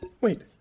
Wait